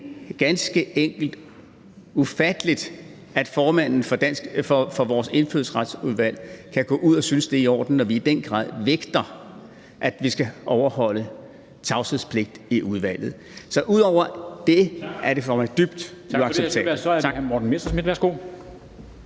selv ganske enkelt ufatteligt, at formanden for vores Indfødsretsudvalg kan synes, det er i orden, når vi i den grad vægter, at vi skal overholde tavshedspligt i udvalget. Så ud over det er det for mig dybt uacceptabelt.